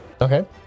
okay